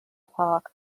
park